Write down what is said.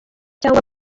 cyangwa